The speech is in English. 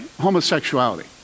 homosexuality